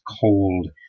cold